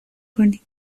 کنید